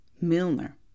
Milner